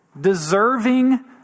deserving